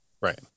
Right